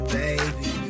baby